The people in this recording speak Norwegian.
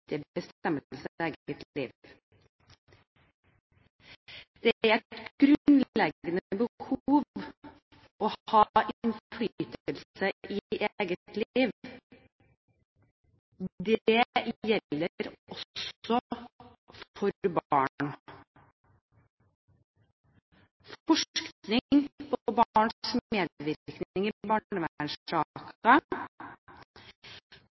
liv. Det er et grunnleggende behov å ha innflytelse i eget liv. Dette gjelder også for barn. Forskning på barns